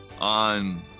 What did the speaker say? on